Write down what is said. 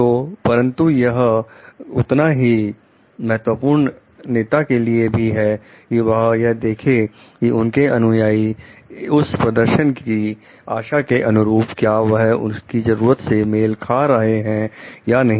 तो परंतु यह उतना ही महत्वपूर्ण नेता के लिए है कि वह यह देखें की उनके अनुयाई उस प्रदर्शन की आशा के अनुरूप क्या वह उनकी जरूरत से मेल खा रहा है या नहीं